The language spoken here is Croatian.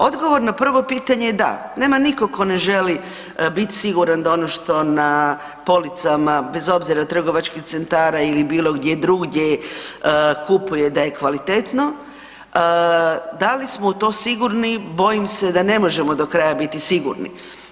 Odgovor na prvo pitanje je da, nema nitko tko ne želi biti siguran da ono što na policama, bez obzira, trgovačkih centara ili bilo gdje drugdje kupuje, da je kvalitetno, da li smo u to sigurni, bojim se da ne možemo do kraja biti sigurni.